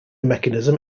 mechanism